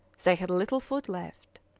they had little food left.